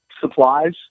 supplies